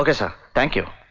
ah sir. thank you.